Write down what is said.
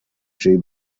tree